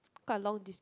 quite a long des~